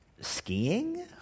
Skiing